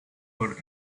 for